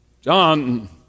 John